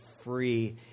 free